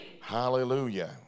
Hallelujah